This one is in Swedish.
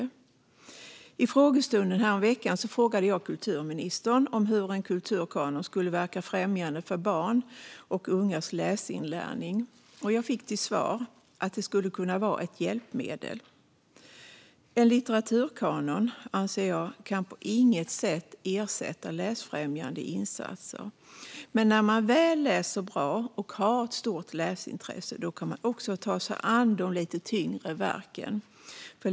Under frågestunden häromveckan frågade jag kulturministern hur en kulturkanon skulle verka främjande för barns och ungas läsinlärning, och jag fick till svar att det skulle kunna vara ett hjälpmedel. En litteraturkanon kan, anser jag, på inget sätt ersätta läsfrämjande insatser. Men när man väl läser bra och har ett stort läsintresse kan man också ta sig an de lite tyngre verken.